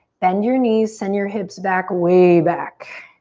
bend your knees, send your hips back, way back.